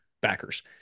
backers